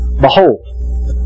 behold